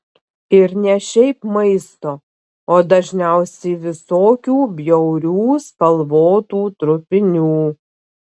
ir ne šiaip maisto o dažniausiai visokių bjaurių spalvotų trupinių